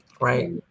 Right